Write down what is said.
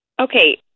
Okay